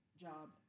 job